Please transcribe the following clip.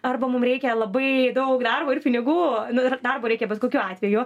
arba mum reikia labai daug darbo ir pinigų nu ir darbo reikia bet kokiu atveju